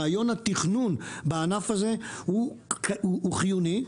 רעיון התכנון בענף הזה הוא חיוני,